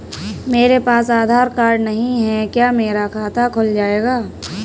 मेरे पास आधार कार्ड नहीं है क्या मेरा खाता खुल जाएगा?